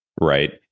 right